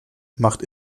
macht